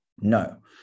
No